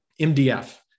MDF